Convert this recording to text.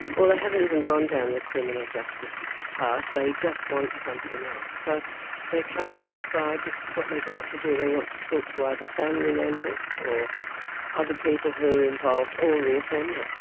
or they haven't even gone down the criminal justice path, they just want something else. so they come and decide this is what they'd like to do, they want to talk to either family members or other people who are involved or the offender.